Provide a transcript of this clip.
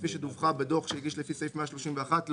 כפי שדווחה בדוח שהגיש לפי סעיף 131 לפקודה,